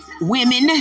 women